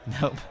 Nope